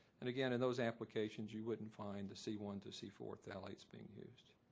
and again, in those applications, you wouldn't find the c one to c four phthalates being used.